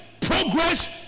progress